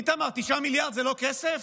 איתמר, 9 מיליארד זה לא כסף?